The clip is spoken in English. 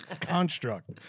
Construct